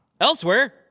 Elsewhere